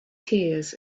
tears